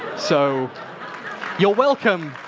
so you're welcome!